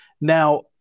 Now